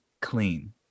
clean